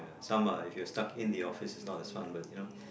and some are if you're stuck in the office it's not as fun but you know